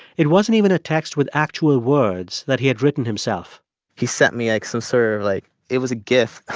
it wasn't even a text with actual words that he had written himself he sent me, like, some sort of, like it was a gif